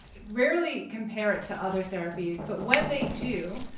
rarely compare it to other therapies, but when they do,